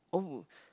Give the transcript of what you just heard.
oh